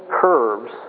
curves